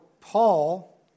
Paul